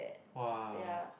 !wah!